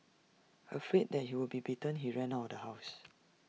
afraid that he would be beaten he ran out of the house